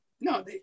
No